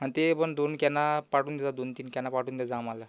आणि ते पण दोन कॅना पाठवून देजा दोन तीन कॅना पाठवून देजा आम्हाला